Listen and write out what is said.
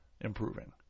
improving